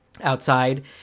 outside